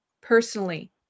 personally